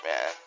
man